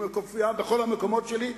מופיע בכל המקומות שלי,